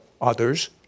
others